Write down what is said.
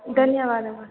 ಧನ್ಯವಾದ ಮಾ